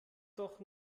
doch